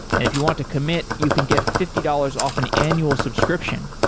if you want to commit, you can get fifty dollars off an annual subscription.